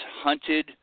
hunted